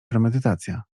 premedytacja